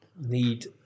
need